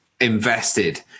invested